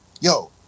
yo